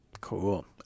Cool